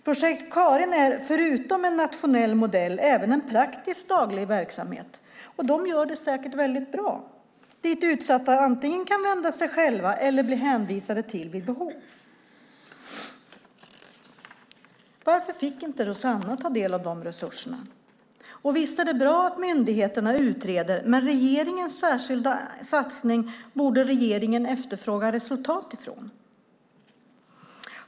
Projekt Karin är förutom en nationell modell även en praktisk daglig verksamhet - och de gör säkert detta väldigt bra - dit utsatta kan vända sig själva eller bli hänvisade till vid behov. Varför fick inte Rossana ta del av de resurserna? Visst är det bra att myndigheterna utreder, men regeringen borde efterfråga resultat från regeringens särskilda satsning.